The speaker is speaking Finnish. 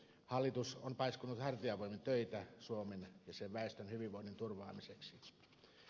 hallitus on paiskonut hartiavoimin töitä suomen ja sen väestön hyvinvoinnin turvaamiseksi